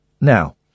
now